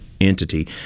entity